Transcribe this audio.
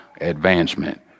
advancement